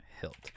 hilt